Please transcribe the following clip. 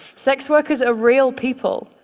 sex workers are real people.